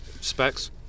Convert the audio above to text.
specs